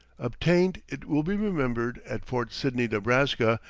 obtained, it will be remembered, at fort sidney, nebraska,